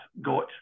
got